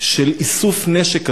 של איסוף נשק כזה.